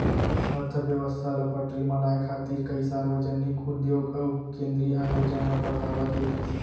अर्थबेवस्था ल पटरी म लाए खातिर कइ सार्वजनिक उद्योग अउ केंद्रीय आयोजन ल बड़हावा दे गिस